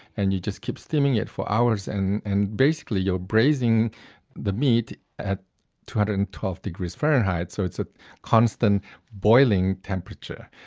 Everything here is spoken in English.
and you just keep steaming it for hours. and and basically, you're braising the meat at two hundred and twelve degrees fahrenheit, so it's a constant boiling temperature.